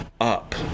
up